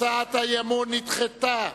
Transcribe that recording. הצעת האי-אמון נדחתה.